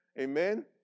amen